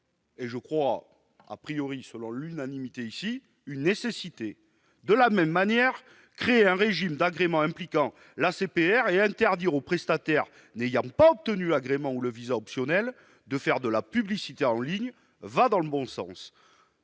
je le crois, pour l'ensemble de mes collègues ici, une nécessité. De la même manière, créer un régime d'agrément impliquant l'ACPR et interdire aux prestataires n'ayant pas obtenu l'agrément ou le visa optionnel de faire de la publicité en ligne va dans le bon sens.